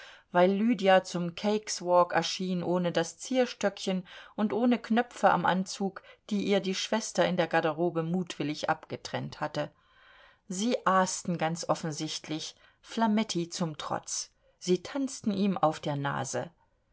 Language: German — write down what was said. weil lydia zum cakeswalk erschien ohne das zierstöckchen und ohne knöpfe am anzug die ihr die schwester in der garderobe mutwillig abgetrennt hatte sie aasten ganz offensichtlich flametti zum trotz sie tanzten ihm auf der nase